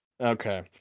Okay